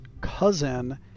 cousin